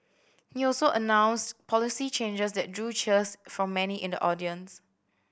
he also announced policy changes that drew cheers from many in the audience